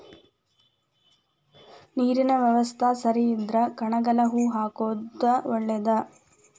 ನೇರಿನ ಯವಸ್ತಾ ಸರಿ ಇದ್ರ ಕನಗಲ ಹೂ ಹಾಕುದ ಒಳೇದ